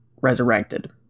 resurrected